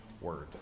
word